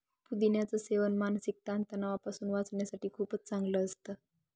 पुदिन्याच सेवन मानसिक ताण तणावापासून वाचण्यासाठी खूपच चांगलं असतं